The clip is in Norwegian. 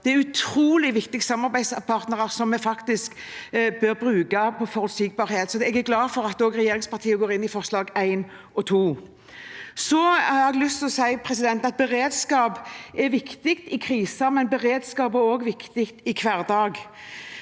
Det er utrolig viktige samarbeidspartnere vi faktisk bør bruke med forutsigbarhet, så jeg er glad for at også regjeringspartiene går inn i forslagene nr. 1 og 2. Så har jeg lyst til å si at beredskap er viktig i kriser, men det er også viktig i hverdagen.